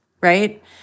right